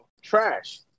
trash